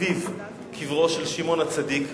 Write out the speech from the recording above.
סביב קברו של שמעון הצדיק.